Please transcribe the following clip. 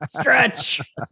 stretch